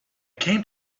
came